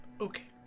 Okay